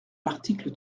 l’article